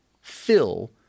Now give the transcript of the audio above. fill